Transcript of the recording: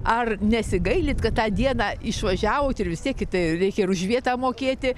ar nesigailit kad tą dieną išvažiavot ir vis tiek kit reikia ir už vietą mokėti